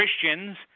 Christians